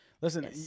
listen